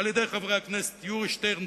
על-ידי חברי הכנסת יורי שטרן,